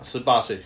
十八岁